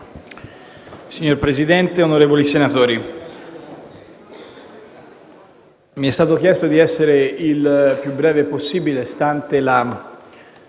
Signor Presidente, onorevoli senatori, mi è stato chiesto di essere il più breve possibile, stante la